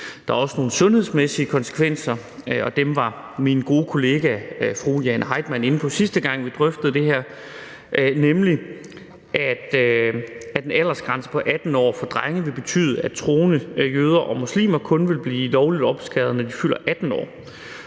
Der er også nogle sundhedsmæssige konsekvenser, og dem var min gode kollega fru Jane Heitmann inde på, sidste gang vi drøftede det her, nemlig at en aldersgrænse på 18 år for drenge ville betyde, at troende jøder og muslimer kun ville blive lovligt omskåret, når de fylder 18 år.